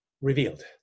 revealed